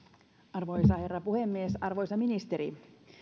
arvoisa herra puhemies arvoisa ministeri